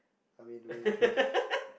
I mean we try